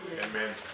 Amen